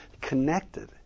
connected